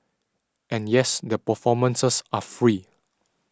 and yes the performances are free